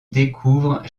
découvre